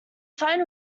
find